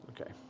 Okay